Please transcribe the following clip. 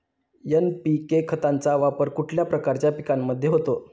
NPK खताचा वापर कुठल्या प्रकारच्या पिकांमध्ये होतो?